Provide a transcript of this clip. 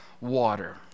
water